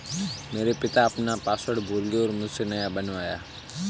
मेरे पिता अपना पासवर्ड भूल गए थे और मुझसे नया बनवाया